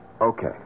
Okay